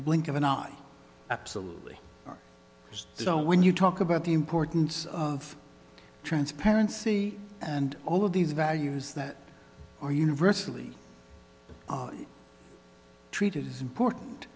a blink of an eye absolutely just so when you talk about the importance of transparency and all of these values that are universally treated as important